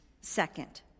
Second